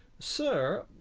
sir,